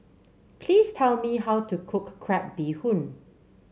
please tell me how to cook Crab Bee Hoon